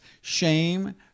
shame